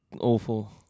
awful